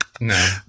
No